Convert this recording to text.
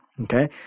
Okay